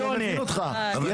(רע"מ, הרשימה הערבית המאוחדת): כן, כן.